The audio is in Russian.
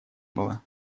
было